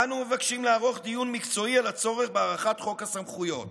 "אנו מבקשים לערוך דיון מקצועי על הצורך בהארכת חוק הסמכויות.